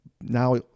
now